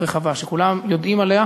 וכסיעה אנחנו תמכנו בחוק הזה.